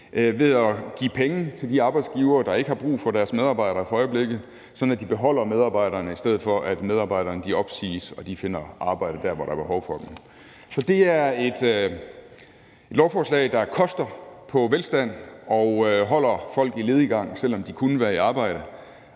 ved at give penge til de arbejdsgivere, der ikke har brug for deres medarbejdere for øjeblikket, sådan at de beholder medarbejderne, i stedet for at medarbejderne opsiges og finder arbejde der, hvor der er behov for dem. Så det er et lovforslag, der koster på velstand og holder folk i lediggang, selv om de kunne være i arbejde.